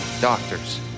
doctors